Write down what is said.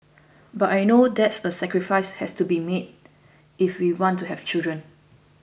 but I know that's a sacrifices has to be made if we want to have children